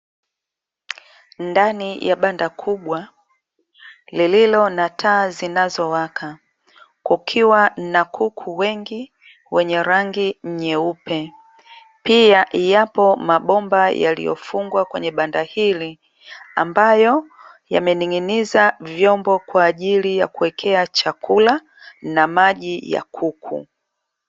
Ndani ya banda kubwa lililo na taa zinazowaka, kukiwa na kuku wengi wenye rangi nyeupe, pia yapo mabomba yaliyofungwa kwenye banda hili ambayo yamening'iniza vyombo kwa ajili ya kuwekea chakula na maji ya kuku.